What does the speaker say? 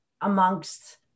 amongst